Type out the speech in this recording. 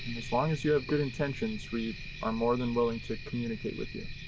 as long as you have good intentions, we are more than willing to communicate with you.